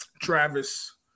Travis